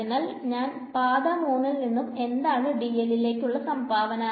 അതിനാൽ പാത 3 ഇൽ നിന്നും എന്താണ് dl ലേക്കുള്ള സംഭാവന